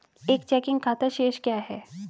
एक चेकिंग खाता शेष क्या है?